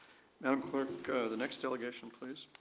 madam clerk, the next delegation, please.